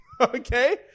Okay